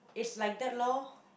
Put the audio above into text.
is like that lor